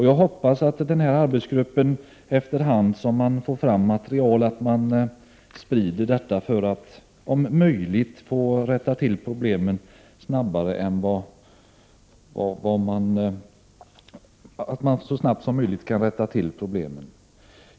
Jag hoppas att arbetsgruppen efter hand som man får fram material sprider dessa kunskaper för att man så snart som möjligt skall komma till rätta med problemen.